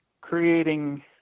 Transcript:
creating